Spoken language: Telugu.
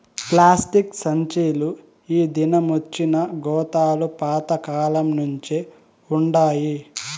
ప్లాస్టిక్ సంచీలు ఈ దినమొచ్చినా గోతాలు పాత కాలంనుంచే వుండాయి